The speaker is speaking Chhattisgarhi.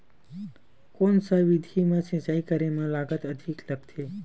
कोन सा विधि म सिंचाई करे म लागत अधिक लगथे?